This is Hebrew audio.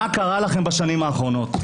מה קרה לכם בשנים האחרונות?